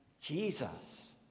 Jesus